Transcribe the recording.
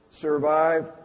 survive